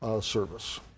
service